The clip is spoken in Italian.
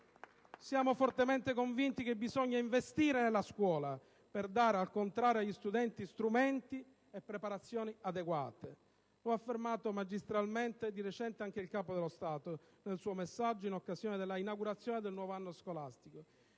Siamo fortemente convinti che bisogna investire nella scuola per dare al contrario agli studenti strumenti e preparazioni adeguate. Lo ha affermato magistralmente di recente anche il Capo dello Stato nel suo messaggio in occasione dell'inaugurazione del nuovo anno scolastico.